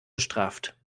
bestraft